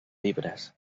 llibres